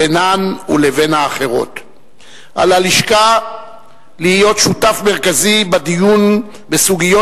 על הלשכה להיות שותף מרכזי בדיון בסוגיות